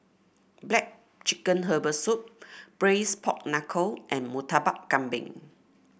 black chicken Herbal Soup Braised Pork Knuckle and Murtabak Kambing